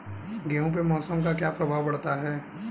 गेहूँ पे मौसम का क्या प्रभाव पड़ता है?